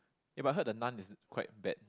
eh but I heard the Nun is quite bad